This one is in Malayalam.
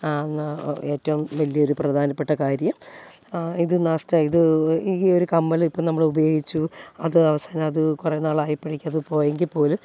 ഏറ്റവും വലിയൊരു പ്രധാനപ്പെട്ട കാര്യം ഇത് നഷ്ട്ടം ഇത് ഈ ഒരു കമ്മൽ ഇപ്പോൾ നമ്മളുപയോഗിച്ചു അത് അവസാനം അത് കുറെ നാളായപ്പോഴേക്കും അത് പോയെങ്കിൽ പോലും